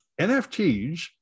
NFTs